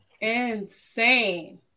Insane